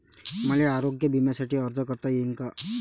मले आरोग्य बिम्यासाठी अर्ज करता येईन का?